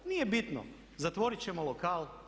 Nije bitno, zatvorit ćemo lokal.